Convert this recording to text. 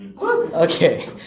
Okay